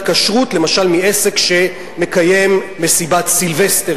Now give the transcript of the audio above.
כשרות למשל מעסק שמקיים מסיבת סילבסטר,